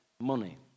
money